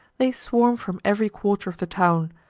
they swarm from ev'ry quarter of the town,